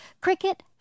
cricket